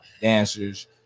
dancers